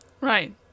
Right